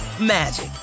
magic